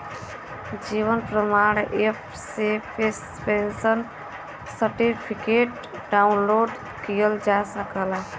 जीवन Pramaan app से pensioner certificate download किहल जा सकला